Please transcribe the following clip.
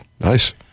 Nice